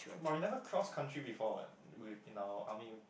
but we never cross country before [what] with in our army